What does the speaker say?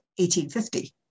1850